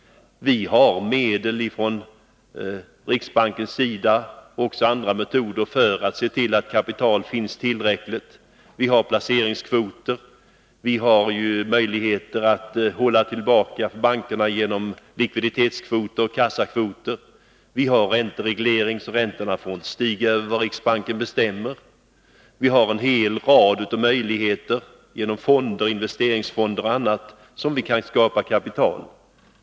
Vi har medel för att från riksbankens sida och med andra metoder se till att det finns tillräckligt med kapital. Vi har placeringskvoter och möjligheter att hålla tillbaka bankerna genom likviditetskvoter och kassakvoter, och vi har räntereglering, så att räntorna inte får stiga över vad riksbanken bestämmer. Vi har en hel rad av möjligheter genom fonder, investeringsfonder och annat, att skapa kapital.